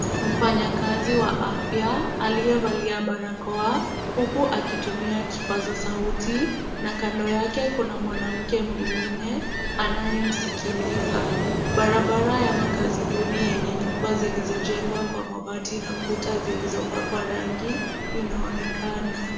Mfanyakazi wa afya aliyevalia barakoa, huku akitumia kipaza sauti na kando yake kuna mwanamke mwingine anayemsikiliza. Barabara ya makazi duni yenye nyumba zilizojengwa kwa mabati na kuta zilizopangwa rangi inaonekana.